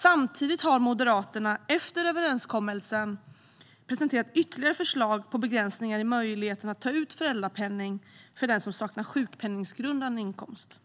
Samtidigt har Moderaterna efter överenskommelsen presenterat ytterligare förslag på begränsningar i möjligheten att ta ut föräldrapenning för den som saknar sjukpenninggrundande inkomst.